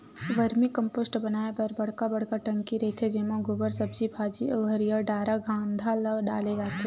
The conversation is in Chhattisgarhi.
वरमी कम्पोस्ट बनाए बर बड़का बड़का टंकी रहिथे जेमा गोबर, सब्जी भाजी अउ हरियर डारा खांधा ल डाले जाथे